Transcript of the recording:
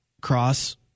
cross